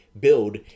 build